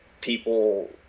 people